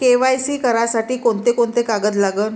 KYC करासाठी कोंते कोंते कागद लागन?